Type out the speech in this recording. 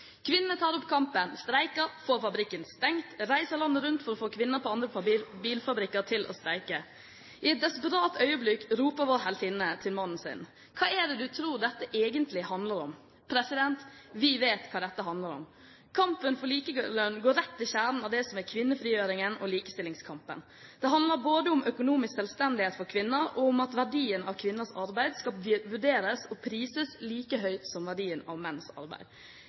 Kvinnene tar opp kampen, streiker, får fabrikken stengt, reiser landet rundt for å få kvinner på andre bilfabrikker til å streike. I et desperat øyeblikk roper vår heltinne til mannen sin: Hva er det du tror dette egentlig handler om? Vi vet hva dette handler om. Kampen for likelønn går rett i kjernen av det som er kvinnefrigjøringen og likestillingskampen. Det handler både om økonomisk selvstendighet for kvinner og om at verdien av kvinners arbeid skal vurderes og prises like høyt som verdien av menns arbeid.